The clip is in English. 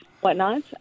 whatnot